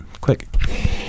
quick